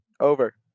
Over